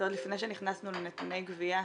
זה עוד לפני שנכנסנו לנתוני גבייה,